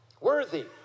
worthy